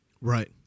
Right